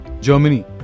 Germany